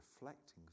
reflecting